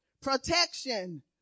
Protection